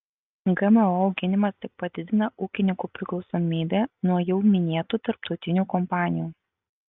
gmo auginimas tik padidina ūkininkų priklausomybę nuo jau minėtų tarptautinių kompanijų